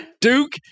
Duke